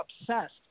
obsessed